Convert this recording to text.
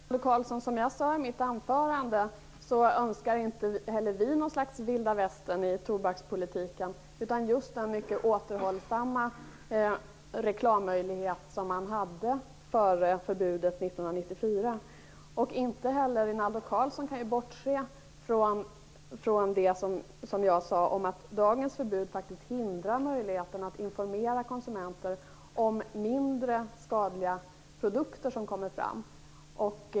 Fru talman och Rinaldo Karlsson! Som jag sade i mitt anförande önskar inte heller vi något slags Vilda Västern i tobakspolitiken utan just den mycket återhållsamma reklammöjlighet som man hade före förbudet 1994. Inte heller Rinaldo Karlsson kan bortse från det jag sade om att dagens förbud faktiskt hindrar möjligheten att informera konsumenter om mindre skadliga produkter som kommer fram.